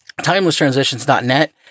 timelesstransitions.net